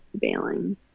bailing